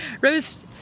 rose